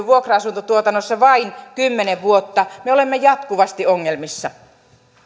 vuokra asuntotuotannossa vain kymmenen vuotta niin me olemme jatkuvasti ongelmissa